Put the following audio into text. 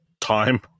time